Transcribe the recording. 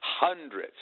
hundreds